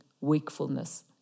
wakefulness